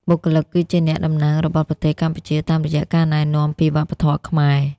បុគ្គលិកគឺជាអ្នកតំណាងរបស់ប្រទេសកម្ពុជា តាមរយះការណែនាំពីវប្បធម៌ខ្មែរ។